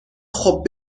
خوب